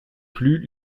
plus